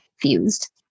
fused